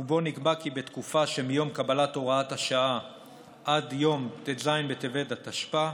ובו נקבע כי בתקופה שמיום קבלת הוראת השעה עד יום ט"ז בטבת התשפ"א